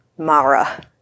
mara